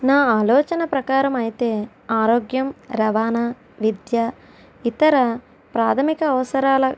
నా ఆలోచన ప్రకారము అయితే ఆరోగ్యం రవాణా విద్య ఇతర ప్రాథమిక అవసరాల